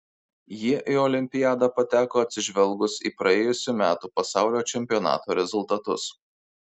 jie į olimpiadą pateko atsižvelgus į praėjusių metų pasaulio čempionato rezultatus